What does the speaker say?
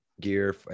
gear